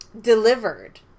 delivered